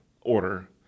order